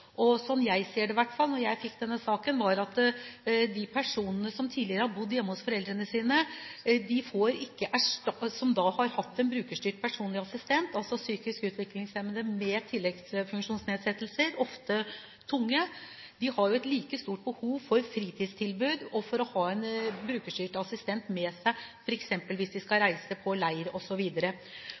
jeg ser det – da jeg fikk denne saken – har de personene som tidligere har bodd hjemme hos foreldrene sine, som har hatt en brukerstyrt personlig assistent – altså psykisk utviklingshemmede med tilleggsfunksjonsnedsettelser, ofte tunge – også stort behov for fritidstilbud og for å ha en brukerstyrt personlig assistent med seg, f.eks. hvis de skal reise på leir